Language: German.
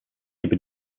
über